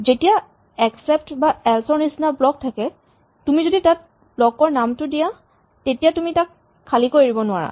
যেতিয়া এক্সেপ্ট বা এল্চ ৰ নিচিনা ব্লক থাকে তুমি যদি তাত ব্লক ৰ নামটো দিয়া তেতিয়া তুমি তাক খালীকৈ এৰিব নোৱাৰা